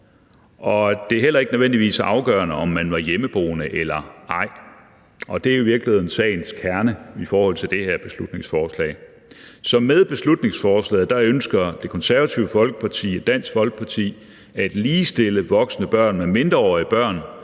det er heller ikke nødvendigvis afgørende, om man er hjemmeboende eller ej, og det er i virkeligheden sagens kerne i forhold til det her beslutningsforslag. Med beslutningsforslaget ønsker Det Konservative Folkeparti og Dansk Folkeparti at ligestille voksne børn med mindreårige børn